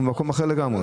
אנחנו במקום אחר לגמרי.